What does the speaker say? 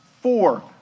four